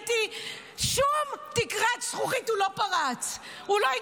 שראיתי שום תקרת זכוכית גדולה הוא לא פרץ,